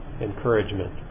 encouragement